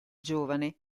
giovane